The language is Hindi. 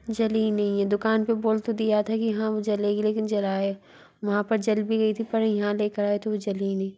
जली ही नहीं हैं दुकान पर बोल तो दिया था कि हाँ वो जलेगी लेकिन जलाए वहाँ पर जल भी गई थी पर यहाँ ले कर आए तो वो जली ही नहीं